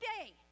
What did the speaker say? today